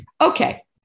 okay